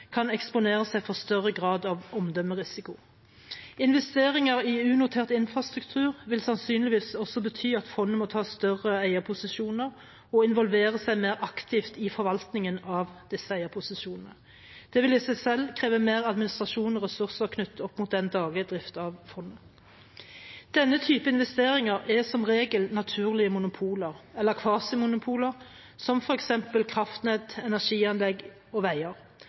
kan eksponere seg for større grad av omdømmerisiko. Investeringer i unotert infrastruktur vil sannsynligvis også bety at fondet må ta større eierposisjoner og involvere seg mer aktivt i forvaltningen av disse eierposisjonene. Det vil i seg selv kreve mer administrasjon og ressurser knyttet opp mot den daglige driften av fondet. Denne type investeringer er som regel naturlige monopoler eller kvasimonopoler, som f.eks. kraftnett, energianlegg og veier,